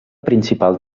principal